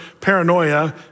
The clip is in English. paranoia